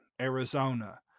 arizona